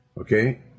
okay